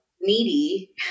needy